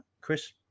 chris